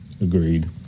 Agreed